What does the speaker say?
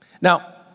Now